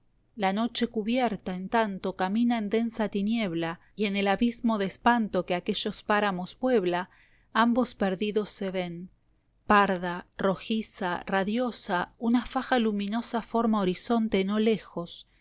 la noche cubierta en tanto camina en densa tiniebla y en el abismo de espanto que aquellos páramos puebla la cautiva ambos perdidos se ven parda rojiza radiosa una faja luminosa forma horizonte no lejos